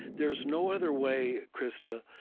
there's no other way, krista,